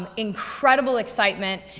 and incredible excitement,